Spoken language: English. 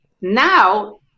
now